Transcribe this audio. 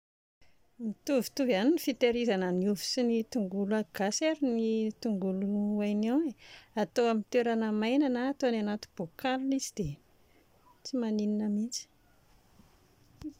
Mitovitovy ihany ny fitahirizana ny ovy sy ny tongolo gasy ary ny tongolo oignon e, hatao amin'ny toerana maina na hatao any anaty bocal izy dia tsy maninona mihintsy